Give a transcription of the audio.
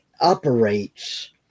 operates